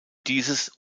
dieses